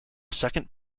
second